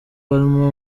palmer